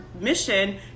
mission